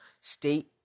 state